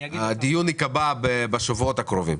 הדיון ייקבע בשבועות הקרובים.